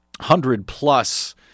hundred-plus